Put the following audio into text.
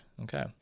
Okay